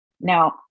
Now